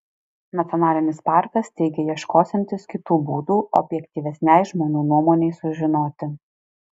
nacionalinis parkas teigia ieškosiantis kitų būdų objektyvesnei žmonių nuomonei sužinoti